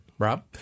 Rob